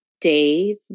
day